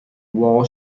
wall